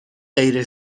غیر